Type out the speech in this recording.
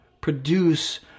produce